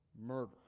Murder